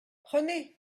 prenez